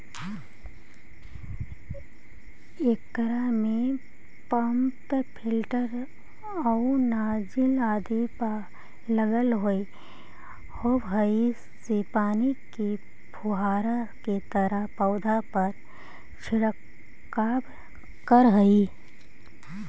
एकरा में pump filter आउ नॉजिल आदि लगल होवऽ हई जे पानी के फुहारा के तरह पौधा पर छिड़काव करऽ हइ